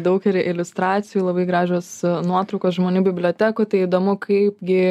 daug ir iliustracijų labai gražios nuotraukos žmonių bibliotekų tai įdomu kaipgi